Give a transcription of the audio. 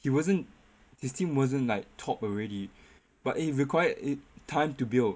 he wasn't his team wasn't like top already but it required time to build